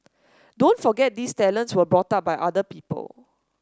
don't forget these talents were brought up by other people